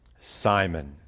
Simon